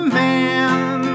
man